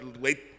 Wait